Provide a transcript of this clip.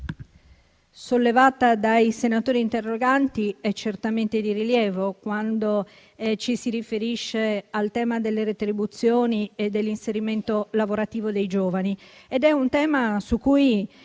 sollevata dai senatori interroganti è certamente di rilievo, dal momento che ci si riferisce al tema delle retribuzioni e dell'inserimento lavorativo dei giovani, sul quale il